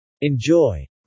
Enjoy